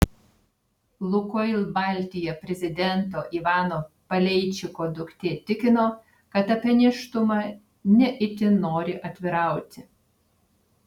lukoil baltija prezidento ivano paleičiko duktė tikino kad apie nėštumą ne itin nori atvirauti